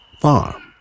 farm